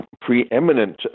preeminent